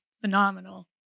phenomenal